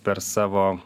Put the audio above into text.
per savo